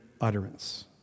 utterance